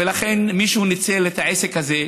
ולכן מישהו ניצל את העסק הזה,